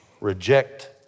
Reject